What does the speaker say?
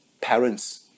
Parents